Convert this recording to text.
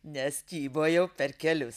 nes kybojau per kelius